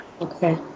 Okay